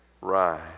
rise